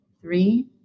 three